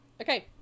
Okay